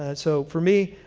ah so for me,